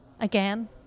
again